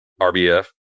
RBF